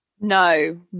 No